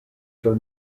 for